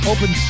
Open